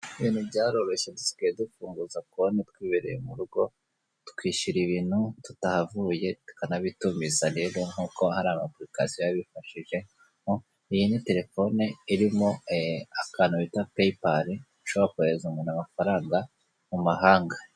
Ibintu byaroroshye usigaye dufunguza konti twibereye mu rugo, tukishyura ibintu tutahavuye tukanabitumiza rero nkuko hari ama apurikasiyo abifashamo, iyi ni telefone irimo akantu bita peyipari ushobora koherereza umuntu amafaranga mu mahanga.